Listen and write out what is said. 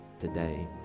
today